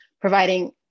providing